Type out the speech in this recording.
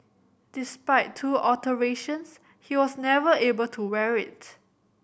despite two alterations he was never able to wear it